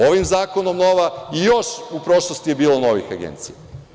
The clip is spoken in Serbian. Ovim zakonom nova i još u prošlosti je bilo novih agencija.